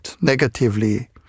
negatively